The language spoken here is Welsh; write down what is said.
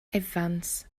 evans